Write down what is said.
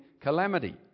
calamity